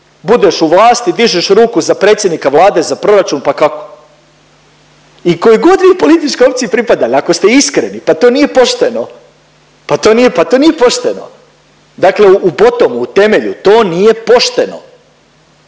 budeš u vlasti, dižeš ruku za predsjednika Vlade, za proračun, pa kako? I kojoj god vi političkoj opciji pripali ako ste iskreni pa to nije pošteno, pa to nije pošteno. Dakle, u … u temelju to nije pošteno.